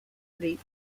leap